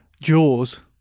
Jaws